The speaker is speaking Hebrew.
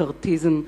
מקארתיזם.